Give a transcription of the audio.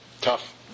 tough